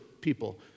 people